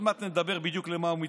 עוד מעט נדבר בדיוק למה הוא מתכוון.